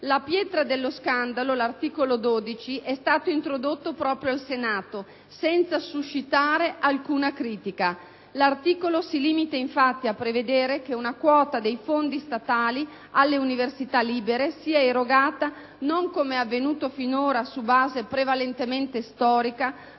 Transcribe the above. la pietra dello scandalo, è stato introdotto proprio al Senato senza suscitare alcuna critica. L'articolo si limita infatti a prevedere che una quota dei fondi statali alle università libere sia erogata non, come avvenuto finora, su base prevalentemente storica,